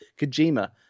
Kojima